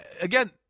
again